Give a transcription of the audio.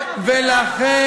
כן.